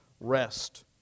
rest